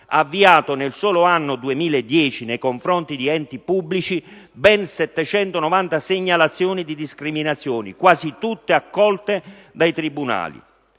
avviato nel solo anno 2010 nei confronti di enti pubblici ben 790 segnalazioni di discriminazione, quasi tutte accolte dai tribunali;